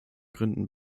gründen